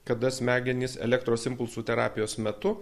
kada smegenys elektros impulsų terapijos metu